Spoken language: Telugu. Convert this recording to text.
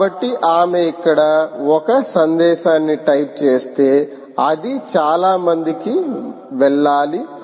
కాబట్టి ఆమె ఇక్కడ ఒక సందేశాన్ని టైప్ చేస్తే అది చాలా మందికి వెళ్ళాలి